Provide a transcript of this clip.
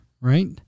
right